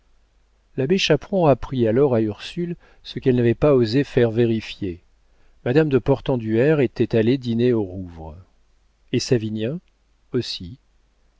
l'abbé chaperon apprit alors à ursule ce qu'elle n'avait pas osé faire vérifier madame de portenduère était allée dîner au rouvre et